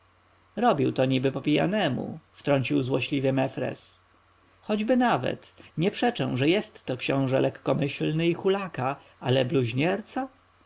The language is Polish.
robi to niby po pijanemu wtrącił złośliwie mefres choćby nawet nie przeczę że jest to książę lekkomyślny i hulaka ale